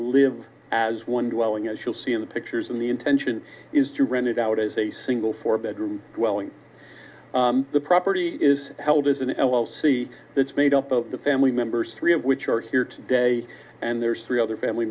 live as one dwelling as you'll see in the pictures in the intention is to rent it out as a single four bedroom welling the property is held as an l l c it's made up of the family members three of which are here today and there's three other family